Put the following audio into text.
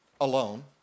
alone